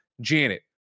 Janet